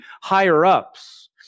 higher-ups